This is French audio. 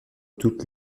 toutes